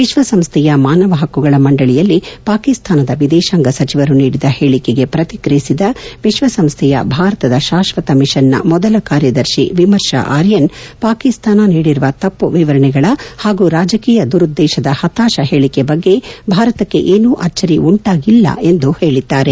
ವಿಶ್ವಸಂಸ್ಥೆಯ ಮಾನವ ಹಕ್ಕುಗಳ ಮಂಡಳಿಯಲ್ಲಿ ಪಾಕಿಸ್ತಾನದ ವಿದೇಶಾಂಗ ಸಚಿವರು ನೀಡಿದ ಹೇಳಿಕೆಗೆ ಪ್ರತಿಕ್ರಿಯಿಸಿದ ವಿಶ್ವಸಂಸ್ಥೆಯ ಭಾರತದ ಶಾಶ್ವತ ಮಿಷನ್ನ ಮೊದಲ ಕಾರ್ಯದರ್ಶಿ ವಿಮರ್ಶ ಆರ್ಯನ್ ಪಾಕಿಸ್ತಾನ ನೀಡಿರುವ ತಪ್ಪು ವಿವರಣೆಗಳ ಹಾಗೂ ರಾಜಕೀಯ ದುರುದ್ಗೇಶದ ಹತಾಶ ಹೇಳಿಕೆ ಬಗ್ಗೆ ಭಾರತಕ್ಕೆ ಏನೂ ಆಚ್ಚರಿ ಉಂಟಾಗಿಲ್ಲ ಎಂದು ಹೇಳಿದ್ದಾರೆ